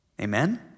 Amen